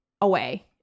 away